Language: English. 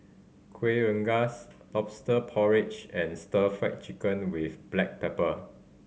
Kuih Rengas Lobster Porridge and Stir Fry Chicken with black pepper